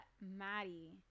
Maddie